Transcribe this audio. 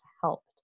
helped